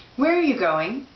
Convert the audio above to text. where are you going?